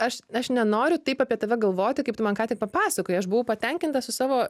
aš aš nenoriu taip apie tave galvoti kaip tu man ką tik papasakojai aš buvau patenkintas su savo